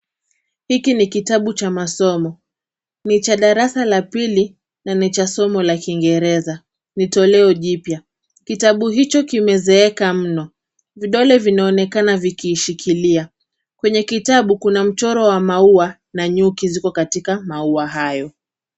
Hiki ni kitabu cha masomo. Ni cha darasa la pili na ni cha somo la Kiingereza. Ni toleo jipya. Kitabu hiki kimezeeka mno. Vidole vinaonekana vikiishikilia. Kwenye kitabu Kuna mchoro wa maua na nyuki ziko katika maua hayo.